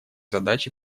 задач